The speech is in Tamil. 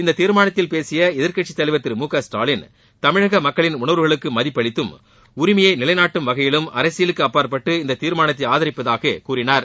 இந்த தீர்மானத்தின் பேசிய எதிர்க்கட்சித் தலைவர் திரு மு க ஸ்டாலின் தமிழக மக்களின் உணர்வுகளுக்கு மதிப்பளித்தம் உரிமையை நிலைநாட்டும் வகையிலும் அரசியலுக்கு அப்பாற்பட்டு இந்த தீர்மானத்தை ஆதரிப்பதாகக் கூறினார்